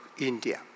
India